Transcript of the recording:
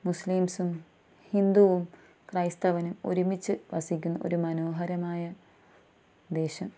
മുസ്ലിംസും ഹിന്ദുവും ക്രൈസ്തവനും ഒരുമിച്ച് വസിക്കുന്ന ഒരു മനോഹരമായ ദേശം